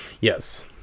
Yes